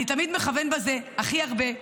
אני תמיד מכוון לזה הכי הרבה,